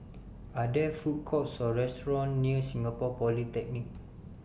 Are There Food Courts Or restaurants near Singapore Polytechnic